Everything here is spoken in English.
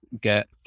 get